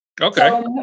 Okay